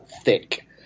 thick